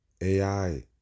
ai